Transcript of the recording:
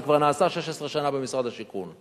זה כבר נעשה 16 שנה במשרד השיכון.